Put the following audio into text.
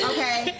Okay